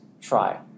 try